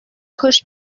хӑш